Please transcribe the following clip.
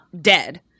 dead